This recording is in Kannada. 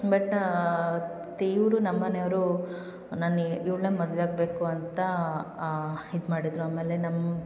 ಬಟ್ ನಮ್ಮ ಮನೆಯವರು ನಾನು ಇವ್ಳನ್ನ ಮದುವೆ ಆಗಬೇಕು ಅಂತ ಇದು ಮಾಡಿದರು ಆಮೇಲೆ ನಮ್ಮ